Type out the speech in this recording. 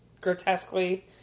grotesquely